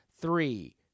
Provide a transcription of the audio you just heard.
three